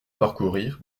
parcourir